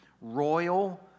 royal